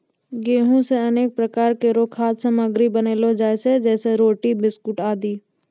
गेंहू सें अनेक प्रकार केरो खाद्य सामग्री बनैलो जाय छै जैसें रोटी, बिस्कुट आदि